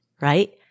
right